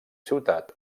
ciutat